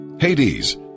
Hades